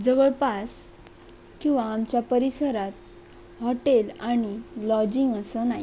जवळपास किंवा आमच्या परिसरात हॉटेल आणि लॉजिंग असं नाही आहे